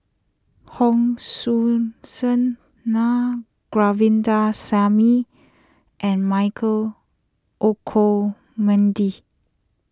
Hon Sui Sen Naa Govindasamy and Michael Olcomendy